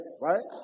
right